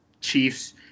Chiefs